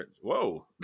Whoa